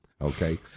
Okay